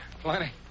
plenty